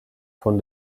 von